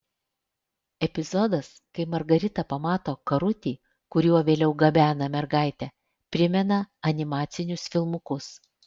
epizodas kai margarita pamato karutį kuriuo vėliau gabena mergaitę primena animacinius filmukus